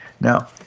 Now